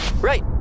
Right